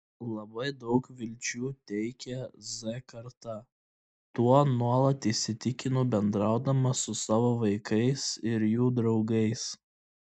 labai daug vilčių teikia z karta tuo nuolat įsitikinu bendraudama su savo vaikais ir jų draugais